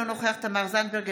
אינו נוכח תמר זנדברג,